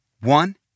One